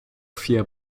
vier